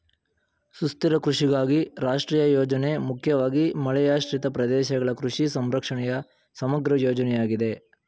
ಸುಸ್ಥಿರ ಕೃಷಿಗಾಗಿ ರಾಷ್ಟ್ರೀಯ ಯೋಜನೆ ಮುಖ್ಯವಾಗಿ ಮಳೆಯಾಶ್ರಿತ ಪ್ರದೇಶಗಳ ಕೃಷಿ ಸಂರಕ್ಷಣೆಯ ಸಮಗ್ರ ಯೋಜನೆಯಾಗಿದೆ